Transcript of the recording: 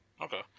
okay